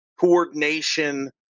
coordination